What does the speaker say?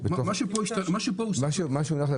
את